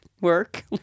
work